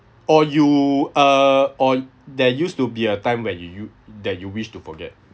or you uh or there used to be a time when you you that you wish to forget